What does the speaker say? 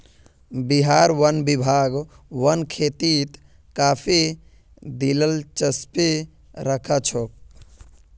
बिहार वन विभाग वन खेतीत काफी दिलचस्पी दखा छोक